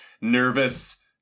nervous